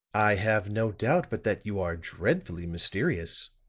i have no doubt but that you are dreadfully mysterious,